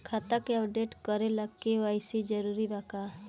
खाता के अपडेट करे ला के.वाइ.सी जरूरी बा का?